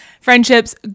Friendships